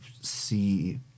see